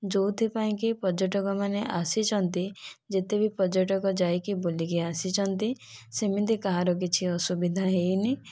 ଯୋଉଥିପାଇଁକି ପର୍ଯ୍ୟଟକ ମାନେ ଆସିଛନ୍ତି ଯେତେବି ପର୍ଯ୍ୟଟକ ଯାଇକି ବୁଲିକି ଆସିଛନ୍ତି ସେମିତି କାହାର କିଛି ଅସୁବିଧା ହୋଇନି